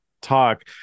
talk